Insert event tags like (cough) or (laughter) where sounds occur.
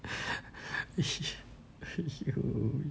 (laughs) !aiyo!